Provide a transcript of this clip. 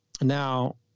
Now